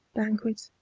banquet,